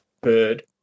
Bird